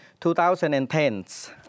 2010s